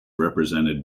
represented